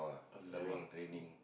!alamak! training